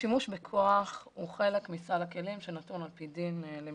השימוש בכוח הוא חלק מסל הכלים שאנחנו --- למשטרת